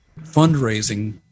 fundraising